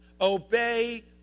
Obey